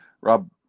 Rob